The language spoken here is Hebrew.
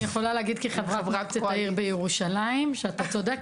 אני יכולה להגיד כחברת מועצת העיר בירושלים שאתה צודק,